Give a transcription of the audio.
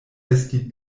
esti